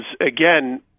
again